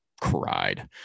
cried